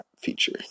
feature